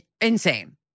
Insane